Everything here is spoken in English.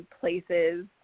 places